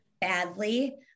badly